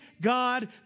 God